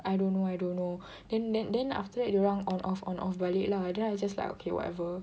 I don't know I don't know then then then after that dorang on off on off balik lah then I just like okay whatever